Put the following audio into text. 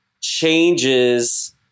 changes